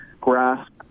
grasp